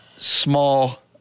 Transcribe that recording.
Small